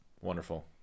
Wonderful